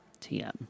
TM